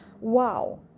wow